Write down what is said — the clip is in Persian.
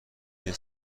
این